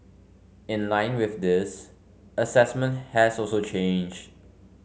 in line with this assessment has also changed